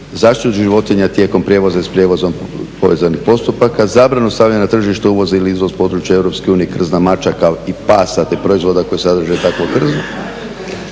zaštitu životinja tijekom prijevoza i s prijevozom povezanih postupaka, zabranu stavljanja na tržište uvoza ili izvoza s područja EU krzna mačaka i pasa, te proizvoda koji sadrže takvo krzno,